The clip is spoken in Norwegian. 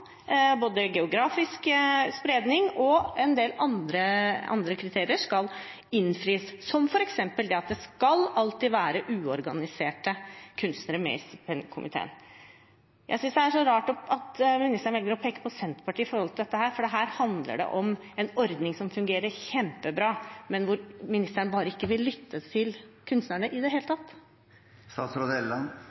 både geografisk spredning og en del andre kriterier skal innfris, som f.eks. det at det alltid skal være uorganiserte kunstnere med i stipendkomiteene. Jeg synes det er rart at ministeren velger å peke på Senterpartiet når det gjelder dette, for her handler det om en ordning som fungerer kjempebra, men der ministeren bare ikke vil lytte til kunstnerne i det hele